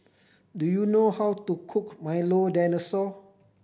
do you know how to cook Milo Dinosaur